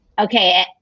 okay